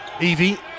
Evie